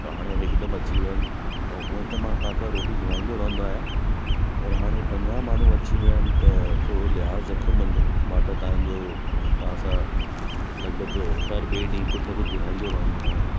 त हाणे हिकदमु अची विया आहिनि ऐं उहे त मां तव्हांखां रोटी घुराईंदो रहंदो आहियां पर हाणे पंजाहु माण्हू अची वेया आइन त थोड़ो लिहाज़ु रखो मुंहिंजो मां तव्हांजो तव्हांसा लॻभॻि हर ॿिए ॾींहुं कुझु न कुझु घुराईंदो रहंदो आहियां